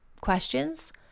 questions